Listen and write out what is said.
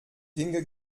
dinge